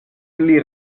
pli